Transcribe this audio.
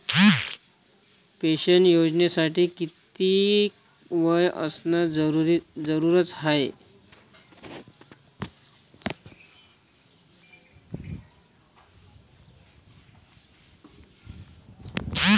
Pension योजनेसाठी कितीक वय असनं जरुरीच हाय?